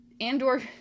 Andor-